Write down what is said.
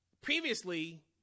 Previously